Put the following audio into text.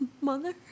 Mother